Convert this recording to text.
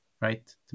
right